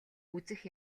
үзэх